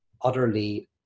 utterly